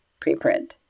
preprint